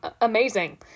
amazing